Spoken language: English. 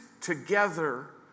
together